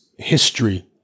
history